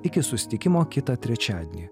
iki susitikimo kitą trečiadienį